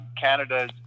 Canada